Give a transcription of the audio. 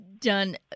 done